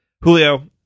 Julio